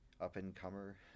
up-and-comer